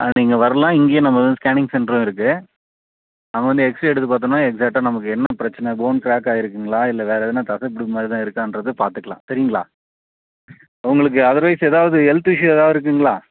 அது நீங்கள் வரலாம் இங்கேயே நம்ம வந்து ஸ்கேனிங் சென்டரும் இருக்குது அங்கே வந்து எக்ஸ்ரே எடுத்து பார்த்தோம்னா எக்ஸ்சாக்ட்டாக நமக்கு என்ன பிரச்சின போன் க்ராக் ஆகிருக்குங்களா இல்லை இருக்குங்களா இல்லை வேறு எதனால் தசை பிடிப்பு மாதிரிதான் இருக்காங்றது பார்த்துக்கலாம் சரிங்களா உங்களுக்கு அதர்வைஸ் ஏதாவது ஹெல்த் இஷ்யூ ஏதாவது இருக்குதுங்களா